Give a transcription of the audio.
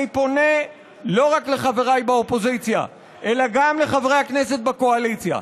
אני פונה לא רק לחבריי באופוזיציה אלא גם לחברי הכנסת בקואליציה: